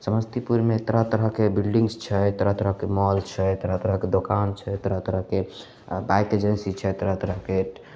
समस्तीपुरमे तरह तरहके बिल्डिंग्स एजेंसी तरह तरहके मॉल छै तरह तरहके दोकान छै तरह तरहके बाइक एजेंसी छै तरह तरहके